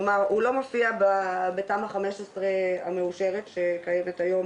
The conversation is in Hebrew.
כלומר הוא לא מופיע בתמ"א 15 המאושרת שקיימת היום